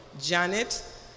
Janet